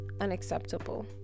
unacceptable